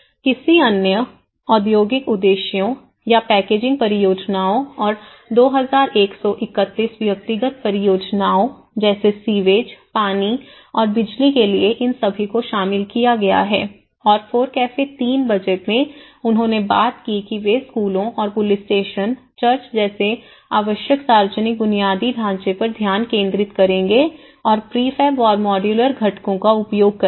किसी अन्य औद्योगिक उद्देश्यों या पैकेजिंग प्रयोजनों और 2131 व्यक्तिगत परियोजनाओं जैसे सीवेज पानी और बिजली के लिए इन सभी को शामिल किया गया है और फोरकैफे 3 बजट में उन्होंने बात की कि वे स्कूलों और पुलिस स्टेशन चर्च जैसे आवश्यक सार्वजनिक बुनियादी ढांचे पर ध्यान केंद्रित करेंगे और प्रीफ़ैब और मॉड्यूलर घटकों का उपयोग करेंगे